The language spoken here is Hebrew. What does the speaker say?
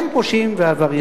הם פושעים ועבריינים.